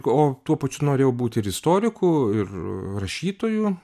o tuo pačiu norėjau būti ir istoriku ir rašytoju